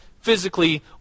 Physically